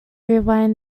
rewind